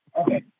Okay